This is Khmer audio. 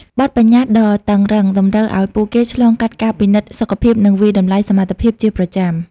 បទប្បញ្ញត្តិដ៏តឹងរ៉ឹង តម្រូវឲ្យពួកគេឆ្លងកាត់ការពិនិត្យសុខភាពនិងវាយតម្លៃសមត្ថភាពជាប្រចាំ។